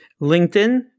LinkedIn